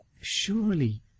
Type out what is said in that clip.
surely